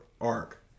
arc